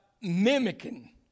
mimicking